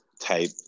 type